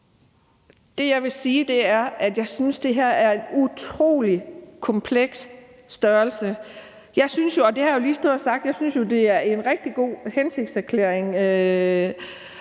Det, jeg vil sige, er, at jeg synes, det her er en utrolig kompleks størrelse. Jeg synes jo – og det har jeg lige stået og sagt – at det er en rigtig god hensigtserklæring,